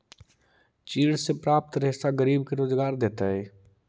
चीड़ से प्राप्त रेशा गरीब के रोजगार देतइ